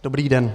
Dobrý den.